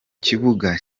kibuga